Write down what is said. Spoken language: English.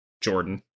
Jordan